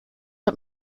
hat